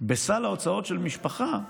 בסל ההוצאות של משפחה,